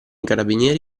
carabinieri